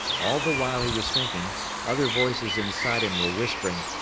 all the while he was thinking other voices inside him were whispering.